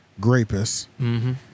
Grapus